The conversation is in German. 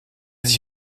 sich